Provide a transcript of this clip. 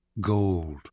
gold